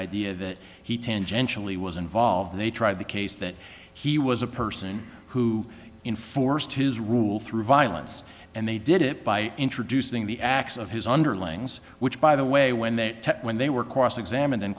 idea that he tangentially was involved they tried the case that he was a person who enforced his rule through violence and they did it by introducing the acts of his underlings which by the way when they when they were crossed examined